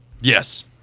Yes